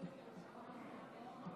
הצעת חוק לתיקון פקודת המשטרה,